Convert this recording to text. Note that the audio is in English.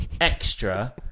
extra